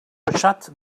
baixat